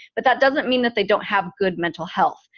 but that doesn't mean that they don't have good mental health.